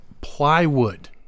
plywood